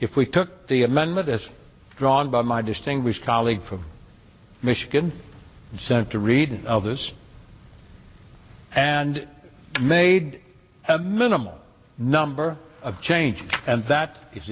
if we took the amendment as drawn by my distinguished colleague from michigan sent to read this and made a minimal number of changes and that is